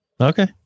Okay